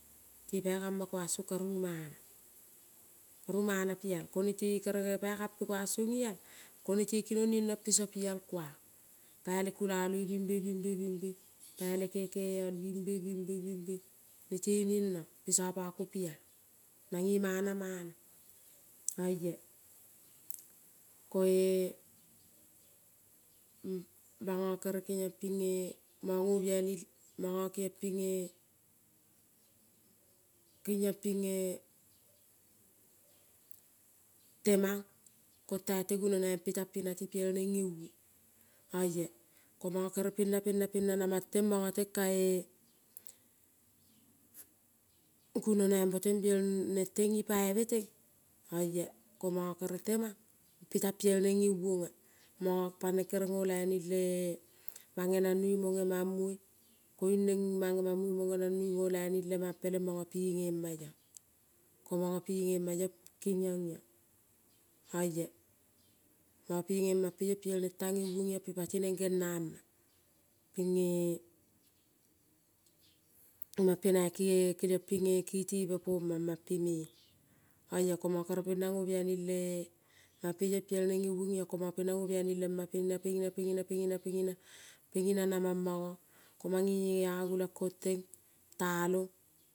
Te pai kama kuang song karovu mana karu mana pi al. Ko nete kere pai kampe kuang song ial ko nete kinong nendrong piso pial kuang. pai le kulaloi bimbe, bimbe, bimbe pai le kekeol bimbi, bimbe, bimbe nete nendrong pisa pako pial mange mana mana oia. Koe manga kere kengiong pinge temang kontsi te gunaipe tang pinati biel neng teng manga teng kae gunonai mbo teng biel neng teng ngipaive teng oia ko manga kere temang pe tang pielneng ngevonga. Manga paneng kere ngo laini le pa ngen angnoi mo ngemang moi koiung neng mang ngemang moi mo ngenangnoi ngo laini lemang peleng manga penge ma ion. Ko manga penga ma iong kengiong iong oia. manga penge mampe iong piel neng tang ngevong pati neng genama pinge maipe nate-e keliong ping keteve poma mampe mea oia ko manga kere pena ngo bi ani lema pena, pengina, pengina, pengina, pengina, pengina namang mang ko mange agulang kong teng talong.